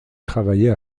travailler